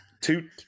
two